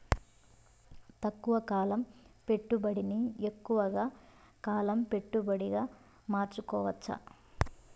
తక్కువ కాలం పెట్టుబడిని ఎక్కువగా కాలం పెట్టుబడిగా మార్చుకోవచ్చా?